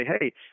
hey